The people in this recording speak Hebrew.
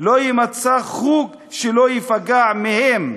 לא יימצא חוג שלא ייפגע מהם.